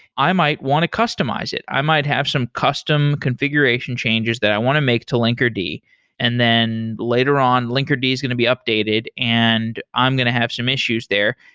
i might want to customize it. i might have some custom configuration changes that i want to make to linkerd, and then later on linkerd is going to be updated and i'm going to have some issues there.